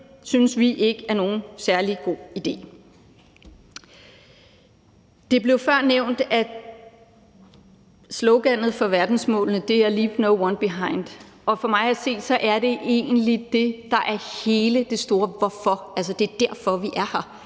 synes vi ikke er nogen særlig god idé. Det blev før nævnt, at sloganet for verdensmålene er »Leave No One Behind«, og for mig at se er det egentlig det, der er hele det store hvorfor. Altså, det er derfor, vi er her.